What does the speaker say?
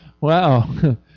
wow